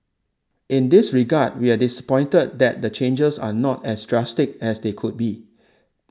in this regard we are disappointed that the changes are not as drastic as they could be